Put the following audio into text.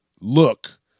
look